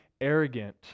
arrogant